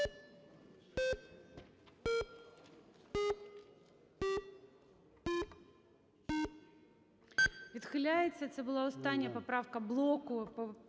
Відхиляється. Це була остання поправка блоку